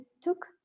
took